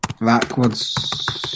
Backwards